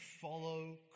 follow